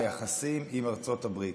ביחסים עם ארצות הברית,